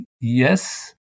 yes